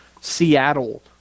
Seattle